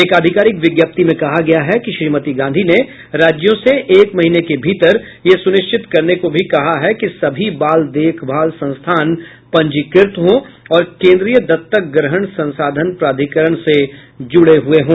एक आधिकारिक विज्ञप्ति में कहा गया है कि श्रीमती गांधी ने राज्यों से एक महीने के भीतर यह सुनिश्चित करने को भी कहा कि सभी बाल देखभाल संस्थान पंजीकृत हों और केन्द्रीय दत्तक ग्रहण संसाधन प्राधिकरण से जुड़े हुए हों